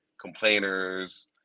complainers